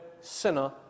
sinner